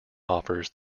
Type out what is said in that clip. offers